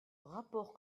rapport